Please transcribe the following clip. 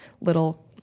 little